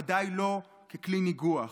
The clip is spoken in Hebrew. ודאי לא ככלי ניגוח.